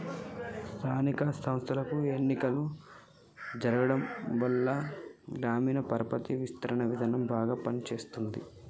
స్థానిక సంస్థలకు ఎన్నికలు జరగటంవల్ల గ్రామీణ పరపతి విస్తరణ విధానం బాగా పని చేస్తుంది